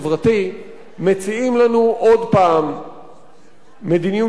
מציעים לנו עוד הפעם מדיניות של הפרד ומשול,